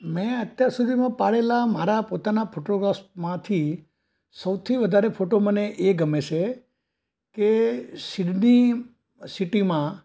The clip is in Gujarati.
મે અત્યાર સુધીમાં પાડેલાં મારા પોતાનાં ફોટોગ્રાફસમાંથી સૌથી વધારે ફોટો મને એ ગમે છે કે સિડની સિટીમાં